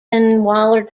waller